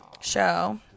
show